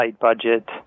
budget